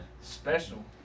Special